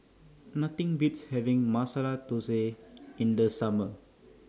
Nothing Beats having Masala Thosai in The Summer